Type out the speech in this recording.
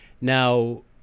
Now